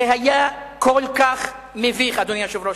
זה היה כל כך מביך, אדוני היושב-ראש.